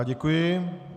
Děkuji.